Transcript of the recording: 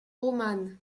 romane